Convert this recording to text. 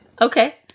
Okay